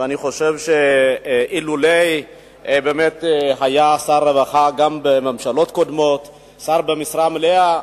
ואני חושב שאילו היה שר הרווחה גם בממשלות קודמות שר במשרה מלאה,